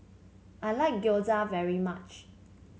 I like Gyoza very much